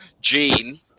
Gene